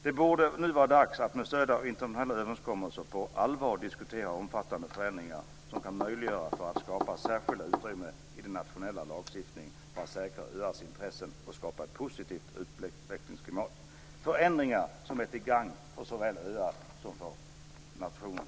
Det borde nu vara dags att, med stöd av internationella överenskommelser, på allvar diskutera omfattande förändringar som kan möjliggöra inrättandet av särskilda utrymmen i den nationella lagstiftningen för att säkra öarnas intressen och skapa ett positivt utvecklingsklimat. Sådana förändringar är till gagn såväl för öarna som för berörda nationer.